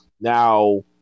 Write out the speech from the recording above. Now